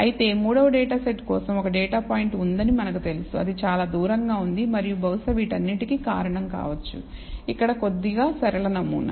అయితే మూడవ data set కోసం ఒక డేటా పాయింట్ ఉందని మనకు తెలుసు అది చాలా దూరంగా ఉంది మరియు బహుశా వీటన్నిటికీ కారణం కావచ్చు ఇక్కడ కొద్దిగా సరళ నమూనా